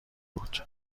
بود